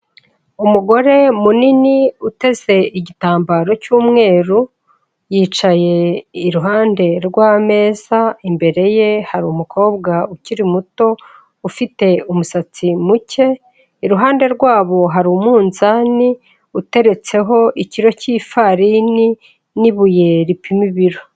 Umugore munini uteze igitambaro cy'umweru, yicaye iruhande rw'ameza, imbere ye hari umukobwa ukiri muto ufite umusatsi muke, iruhande rwabo hari umunzani uteretseho ikiro cy'ifarini n'ibuye ripima ibiro.